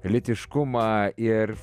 lytiškumą ir